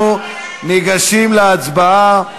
אנחנו ניגשים להצבעה.